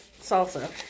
salsa